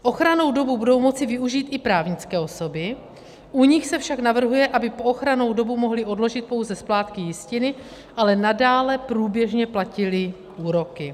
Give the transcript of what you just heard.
Ochrannou dobu budou moci využít i právnické osoby, u nich se však navrhuje, aby po ochrannou dobu mohly odložit pouze splátky jistiny, ale nadále průběžně platily úroky.